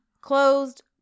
closed